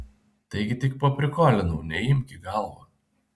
taigi tik paprikolinau neimk į galvą